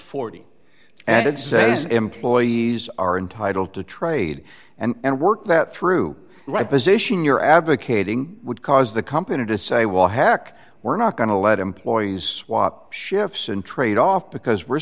forty and says employees are entitled to trade and work that through right position you're advocating would cause the company to say well heck we're not going to let employees wap shifts and trade off because we're